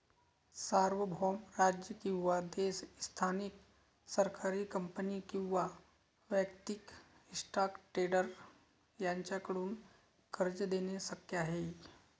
सार्वभौम राज्य किंवा देश स्थानिक सरकारी कंपनी किंवा वैयक्तिक स्टॉक ट्रेडर यांच्याकडून कर्ज देणे शक्य आहे